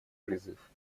призыв